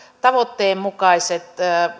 tavoitteen mukaiset